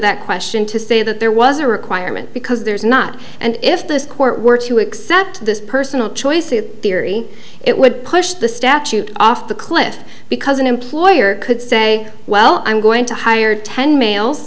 that question to say that there was a requirement because there's not and if this court were to accept this personal choice it theory it would push the statute off the cliff because an employer could say well i'm going to hire ten males